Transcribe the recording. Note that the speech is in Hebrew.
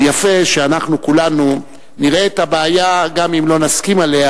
ויפה שכולנו נראה את הבעיה, גם אם לא נסכים עליה,